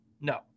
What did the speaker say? No